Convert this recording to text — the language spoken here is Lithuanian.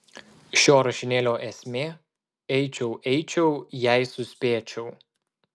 šio rašinėlio esmė eičiau eičiau jei suspėčiau